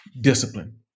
discipline